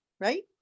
right